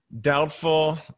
Doubtful